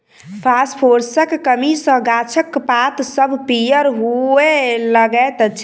फासफोरसक कमी सॅ गाछक पात सभ पीयर हुअ लगैत छै